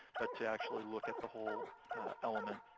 but to actually look at the whole element.